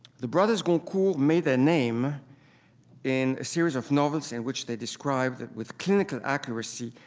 the brothers goncourt made their name in a series of novels in which they described with clinical accuracy,